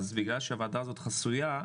בגלל שזאת ועה חסויה,